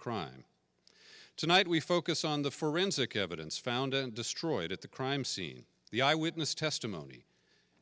crime tonight we focus on the forensic evidence found and destroyed at the crime scene the eyewitness testimony